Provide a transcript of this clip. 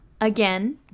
Again